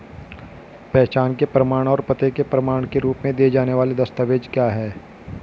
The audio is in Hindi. पहचान के प्रमाण और पते के प्रमाण के रूप में दिए जाने वाले दस्तावेज क्या हैं?